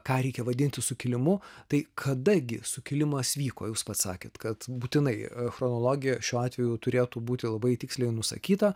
ką reikia vadinti sukilimu tai kada gi sukilimas vyko jūs pats sakėt kad būtinai chronologija šiuo atveju turėtų būti labai tiksliai nusakyta